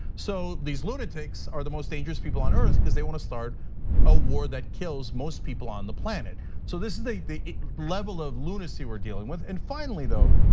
so these lunatics are the most dangerous people on earth cuz they wanna start a war that kills most people on the planet. so this is the level of lunacy we're dealing with. and finally, though,